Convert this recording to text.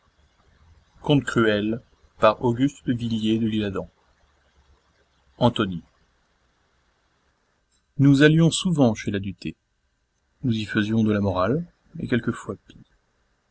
antonie nous allions souvent chez la duthé nous y faisions de la morale et quelquefois pis